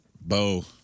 Bo